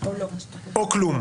או כלום.